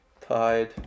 tied